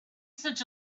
such